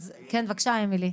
אז כן בקשה אמילי.